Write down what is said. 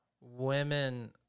women